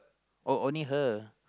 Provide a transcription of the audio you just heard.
oh only her